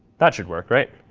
that should work, right?